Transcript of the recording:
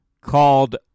called